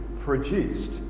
produced